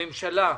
הממשלה.